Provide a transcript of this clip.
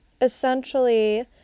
Essentially